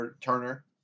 Turner